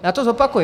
Já to zopakuji.